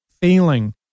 feeling